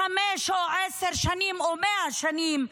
חמש או עשר שנים או מאה שנים,